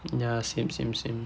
ya same same same